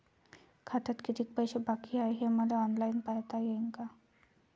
खात्यात कितीक पैसे बाकी हाय हे मले ऑनलाईन पायता येईन का?